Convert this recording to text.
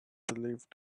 believed